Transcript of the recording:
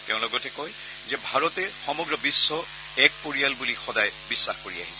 তেওঁ লগতে কয় যে ভাৰতে সমগ্ৰ বিশ্ব এক পৰিয়াল বুলি সদায় বিশ্বাস কৰি আহিছে